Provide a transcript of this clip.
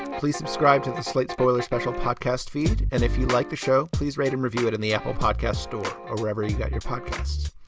and please subscribe to the slate spoiler special podcast feed. and if you like the show, please write and review it in the apple podcast store or wherever you get your podcast.